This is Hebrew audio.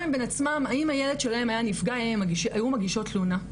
לבין עצמם אם הילד שלהם היה נפגע הן היו מגישות תלונה?